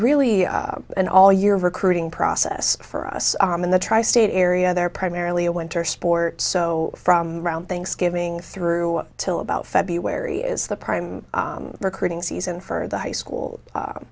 really an all year recruiting process for us in the tri state area they're primarily a winter sport so from around thanksgiving through till about february is the prime recruiting season for the high school